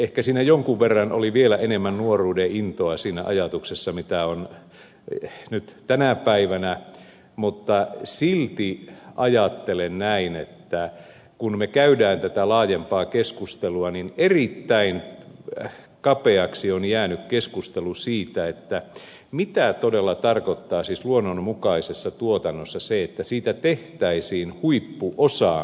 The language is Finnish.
ehkä jonkun verran oli vielä enemmän nuoruuden intoa siinä ajatuksessa mitä on nyt tänä päivänä mutta silti ajattelen näin että kun me käymme tätä laajempaa keskustelua niin erittäin kapeaksi on jäänyt keskustelu siitä mitä todella tarkoittaa luonnonmukaisessa tuotannossa se että siitä tehtäisiin huippuosaamisen alue